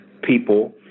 people